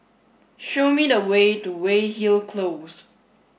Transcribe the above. show me the way to Weyhill Close